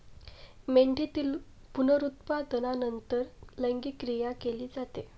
मेंढीतील पुनरुत्पादनानंतर लैंगिक क्रिया केली जाते